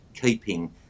keeping